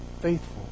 faithful